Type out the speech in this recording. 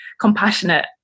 compassionate